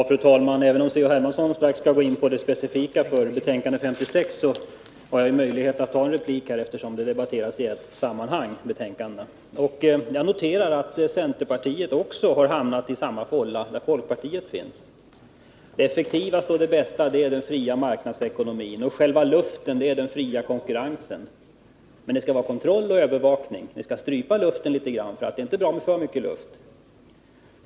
Fru talman! Även om C.-H. Hermansson strax skall gå in på det specifika i betänkande 56, vill jag replikera eftersom de båda betänkandena 55 och 56 debatteras i ett sammanhang. Jag noterar att centerpartiet hamnat i den fålla där folkpartiet redan finns. Det effektivaste och det bästa är den fria marknadsekonomin, och själva livsluften är den fria konkurrensen. Men det skall vara kontroll och övervakning, man skall strypa till litet grand, för det är inte bra med för mycket luft.